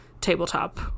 tabletop